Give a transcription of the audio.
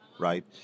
right